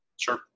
Sure